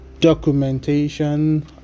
documentation